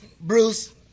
Bruce